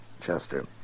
Chester